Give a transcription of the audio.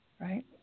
Right